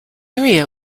area